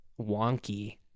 wonky